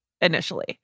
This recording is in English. initially